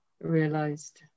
realized